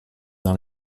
dans